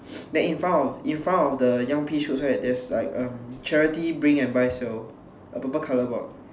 then in front of in front of the young pea shoots right there's like a charity bring and buy sale a purple colour board